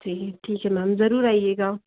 ठीक है मैम ज़रूर आइएगा